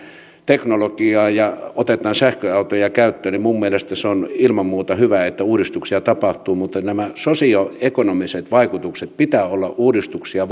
teknologiaan ja otetaan sähköautoja käyttöön minun mielestäni se on ilman muuta hyvä että uudistuksia tapahtuu niin sosioekonomisten vaikutusten pitää olla uudistuksia